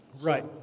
Right